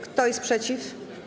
Kto jest przeciw?